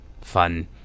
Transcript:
fun